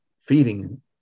feeding